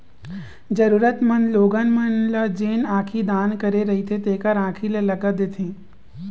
जरुरतमंद लोगन मन ल जेन आँखी दान करे रहिथे तेखर आंखी ल लगा देथे